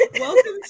welcome